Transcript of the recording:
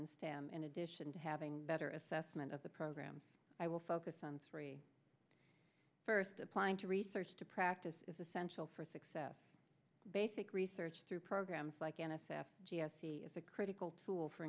in stand in addition to having better assessment of the program i will focus on three first applying to research to practice is essential for success basic research through programs like n s f g s t is a critical tool for